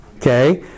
Okay